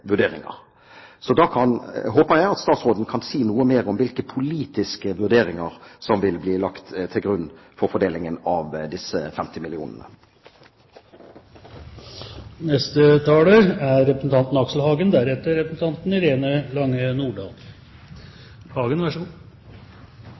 vurderinger. Så da håper jeg at statsråden kan si noe mer om hvilke politiske vurderinger som vil bli lagt til grunn for fordelingen av disse 50 millionene. Høgskole- og Universitets-Norge er